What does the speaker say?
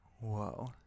Whoa